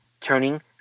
turning